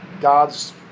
God's